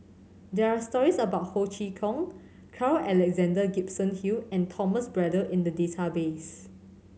there are stories about Ho Chee Kong Carl Alexander Gibson Hill and Thomas Braddell in the database